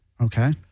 Okay